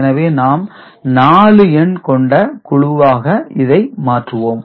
எனவே நாம் 4 எண் கொண்ட குழுவாக இதை மாற்றுவோம்